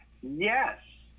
Yes